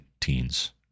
teens